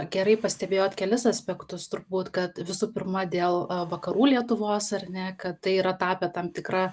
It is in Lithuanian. gerai pastebėjot kelis aspektus turbūt kad visų pirma dėl vakarų lietuvos ar ne kad tai yra tapę tam tikra